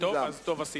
אז טוב עשית.